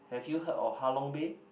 have you heard of Halong Bay